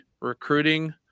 recruiting